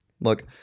look –